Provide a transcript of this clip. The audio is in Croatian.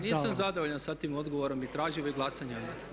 Nisam zadovoljan sa tim odgovorom i tražio bih glasanje.